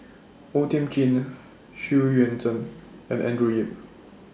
O Thiam Chin Xu Yuan Zhen and Andrew Yip